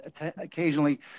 occasionally